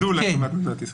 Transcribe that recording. התנגדו להקמת מדינת ישראל.